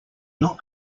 not